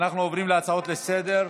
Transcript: אנחנו עוברים להצעות לסדר-היום,